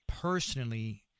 personally